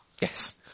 Yes